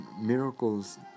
miracles